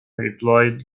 replied